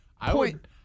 Point